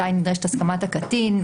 מתי נדרשת הסכמת הקטין,